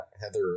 Heather